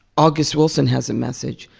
august wilson has a message,